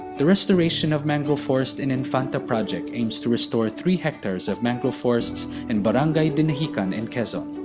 the restoration of mangrove forest in infanta project aims to restore three hectares of mangrove forests and barangay dinahican in quezon.